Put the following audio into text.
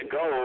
go